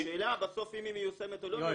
השאלה בסוף אם היא מיושמת או לא מיושמת.